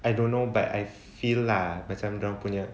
I don't know but I feel lah macam dia orang punya